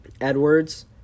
Edwards